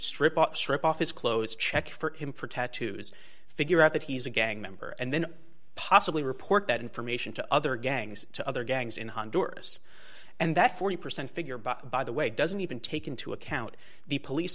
up strip off his clothes check for him for tattoos figure out that he's a gang member and then possibly report that information to other gangs to other gangs in honduras and that forty percent figure but by the way doesn't even take into account the police